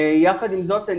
יחד עם זאת,